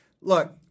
look